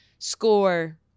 score